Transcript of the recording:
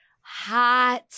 hot